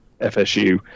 FSU